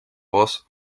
boss